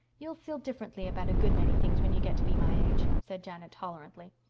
you'll feel differently about a good many things when you get to be my age, said janet tolerantly.